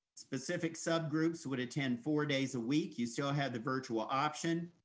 specific subgroups would attend four days a week. you still have the virtual option.